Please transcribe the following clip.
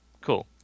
cool